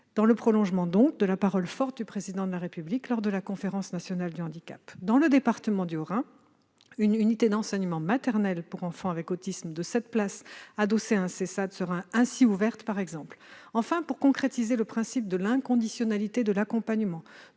dans le prolongement de la parole forte du Président de la République lors de la Conférence nationale du handicap. Dans le département du Haut-Rhin, une unité d'enseignement maternel pour enfants autistes d'une capacité de sept places, adossée à un Sessad, sera ainsi ouverte. Enfin, pour concrétiser le principe de l'inconditionnalité de l'accompagnement